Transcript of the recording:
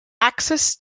access